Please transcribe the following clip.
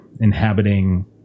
inhabiting